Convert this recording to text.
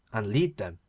and lead them.